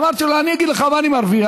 אמרתי לו: אגיד לך מה אני מרוויח,